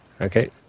Okay